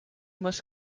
must